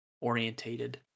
orientated